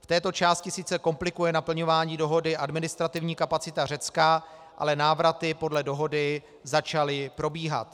V této části sice komplikuje naplňování dohody administrativní kapacita Řecka, ale návraty podle dohody začaly probíhat.